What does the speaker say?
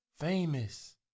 famous